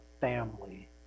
family